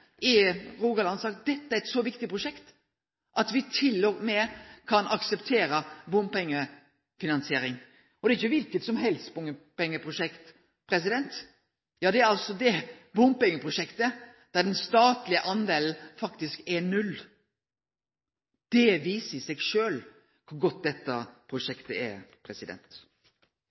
sagt at dette er eit så viktig prosjekt at dei til og med kan akseptere bompengefinansiering. Og det er ikkje kva bompengeprosjekt som helst, det er altså det bompengeprosjektet der den statlege delen faktisk er null. Det viser i seg sjølv kor godt dette prosjektet er.